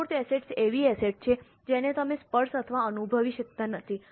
અમૂર્ત એસેટ્સ એવી એસેટ છે જેને તમે સ્પર્શ અથવા અનુભવી શકતા નથી